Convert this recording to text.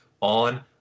on